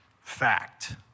fact